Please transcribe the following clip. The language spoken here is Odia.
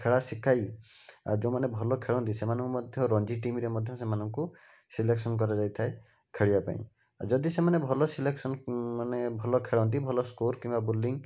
ଖେଳା ଶିଖାଇ ଆଉ ଯୋଉଁମାନେ ଭଲ ଖେଳନ୍ତି ସେମାନଙ୍କୁ ମଧ୍ୟ ରଞ୍ଜି ଟିମରେ ମଧ୍ୟ ସେମାନଙ୍କୁ ସିଲେକ୍ସନ କରାଯାଇଥାଏ ଖେଳିବା ପାଇଁ ଆଉ ଯଦି ସେମାନେ ଭଲ ସିଲେକ୍ସନ ମାନେ ଭଲ ଖେଳନ୍ତି ଭଲ ସ୍କୋର କିମ୍ବା ବୋଲିଂ